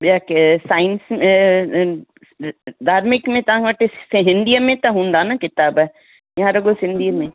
ॿिया केर साइंस धार्मिक में तव्हां वटि हिंदीअ में त हूंदा न किताब या रुॻो सिंधीअ में